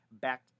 back